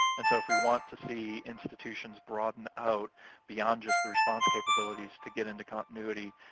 and so if we want to see institutions broaden out beyond just the response capabilities to get into continuity,